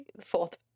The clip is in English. fourth